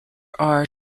are